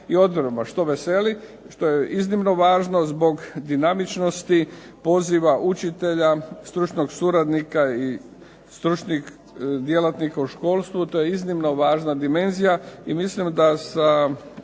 i odredbama što veseli i što je iznimno važno zbog dinamičnosti, poziva učitelja, stručnog suradnika i stručnih djelatnika u školstvu, to je iznimno važna dimenzija, i mislim da sa